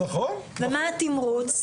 ומה התימרוץ,